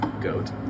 Goat